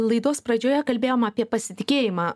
laidos pradžioje kalbėjom apie pasitikėjimą